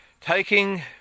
taking